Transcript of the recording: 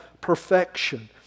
perfection